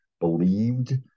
believed